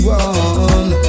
one